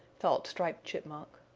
thought striped chipmunk.